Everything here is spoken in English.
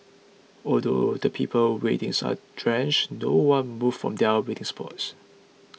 although the people waiting sir are drenched no one moved from their waiting spots